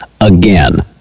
again